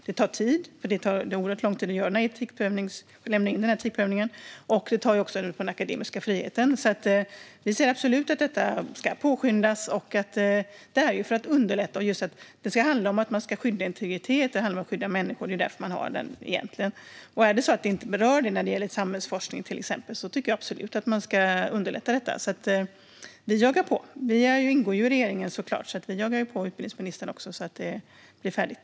Det tar tid från dem eftersom etikprövningen tar oerhört lång tid. Det går även ut över den akademiska friheten. Vi tycker absolut att detta ska påskyndas för att underlätta det hela. Man ska skydda integriteten och skydda människor. Det är egentligen därför det här finns. Om till exempel samhällsforskning inte berörs tycker jag absolut att man ska underlätta för forskarna. Vi jagar på. Vi ingår ju i regeringen och jagar på utbildningsministern också så att det blir färdigt.